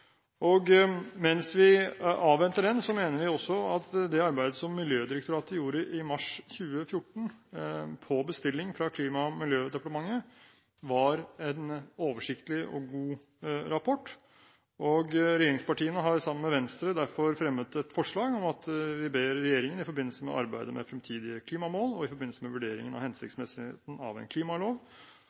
sammenheng. Mens vi avventer den, mener vi også at det arbeidet som Miljødirektoratet gjorde i mars 2014 på bestilling fra Klima- og miljødepartementet, var en oversiktlig og god rapport. Regjeringspartiene har sammen med Venstre derfor fremmet et forslag om at vi «ber regjeringen i forbindelse med arbeidet med fremtidige klimamål, og i forbindelse med vurdering av hensiktsmessigheten av en klimalov,